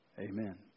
Amen